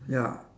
ya